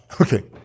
Okay